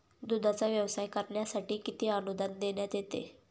दूधाचा व्यवसाय करण्यासाठी किती अनुदान देण्यात येते?